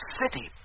city